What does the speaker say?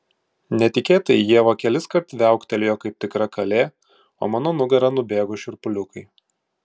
netikėtai ieva keliskart viauktelėjo kaip tikra kalė o mano nugara nubėgo šiurpuliukai